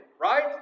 right